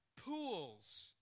pools